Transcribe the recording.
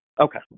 Okay